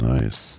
Nice